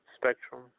spectrum